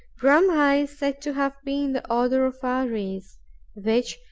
brahma is said to have been the author of our race which,